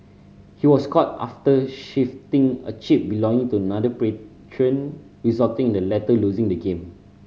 he was caught after shifting a chip belonging to another patron resulting in the latter losing the game